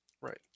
Right